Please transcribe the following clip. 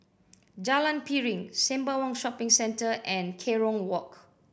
Jalan Piring Sembawang Shopping Centre and Kerong Walk